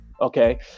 Okay